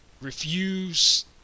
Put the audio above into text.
refuse